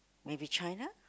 maybe China